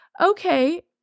okay